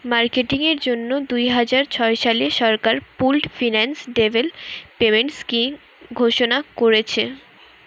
marketing এর জন্যে দুইহাজার ছয় সালে সরকার পুল্ড ফিন্যান্স ডেভেলপমেন্ট স্কিং ঘোষণা কোরেছে